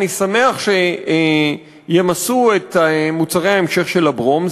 אני שמח שימסו את מוצרי ההמשך של הברום,